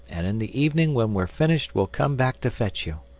and in the evening when we're finished we'll come back to fetch you.